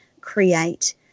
create